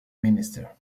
minister